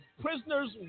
prisoners